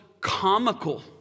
comical